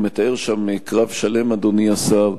אתה מתאר שם קרב שלם, אדוני השר.